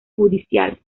judicial